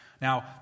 Now